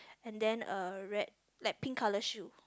and then a red like pink colour shoe